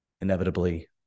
inevitably